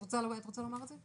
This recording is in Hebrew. את רוצה לומר על זה?